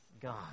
God